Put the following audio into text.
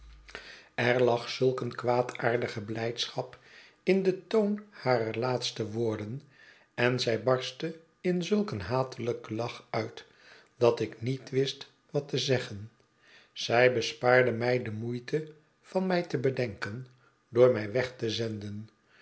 er lag zulk eene kwaadaardige blijdschap in den toon harer laatste woorden en zij barstte in zulk een hatelijken lach uit datik niet wist wat te zeggen zij bespaarde mij de moeite van mij te bedenken door mij weg te zenden